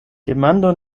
demando